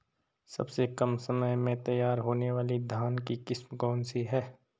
सबसे कम समय में तैयार होने वाली धान की किस्म कौन सी है?